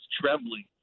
trembling